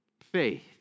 faith